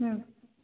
ହୁଁ